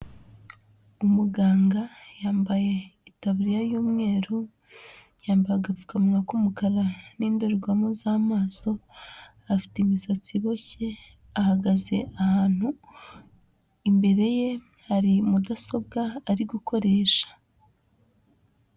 Umuganga yambaye itaburiya y'umweru, yambaye agapfukamunwa k'umukara n'indorerwamo z'amaso, afite imisatsi iboshye, ahagaze ahantu, imbere ye hari mudasobwa ari gukoresha.